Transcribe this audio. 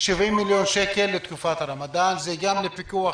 70 מיליון שקל לתקופת הרמדאן לפיקוח,